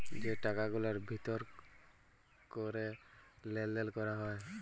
যে টাকা গুলার ভিতর ক্যরে লেলদেল ক্যরা হ্যয়